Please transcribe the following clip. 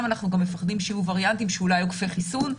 אנחנו גם מפחדים שיהיו וריאנטים שאולי עוקפי חיסון,